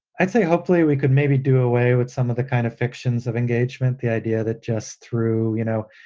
i'd say hopefully we could maybe do away with some of the kind of fictions of engagement, the idea that just through, you know,